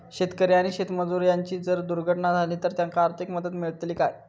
शेतकरी आणि शेतमजूर यांची जर दुर्घटना झाली तर त्यांका आर्थिक मदत मिळतली काय?